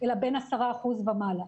אלא בין 10% ומעלה.